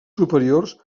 superiors